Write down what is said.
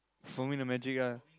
for me the magic ah